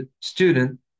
student